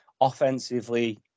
offensively